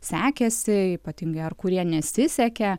sekėsi ypatingai ar kurie nesisekė